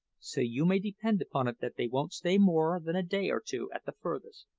so you may depend upon it that they won't stay more than a day or two at the furthest.